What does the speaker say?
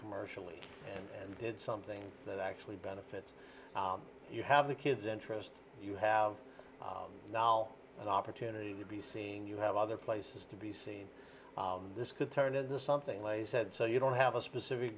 commercially and did something that actually benefits you have the kids interest you have now an opportunity to be seen you have other places to be seen this could turn into something lay said so you don't have a specific